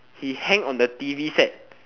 he hang on the t_v set